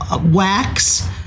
wax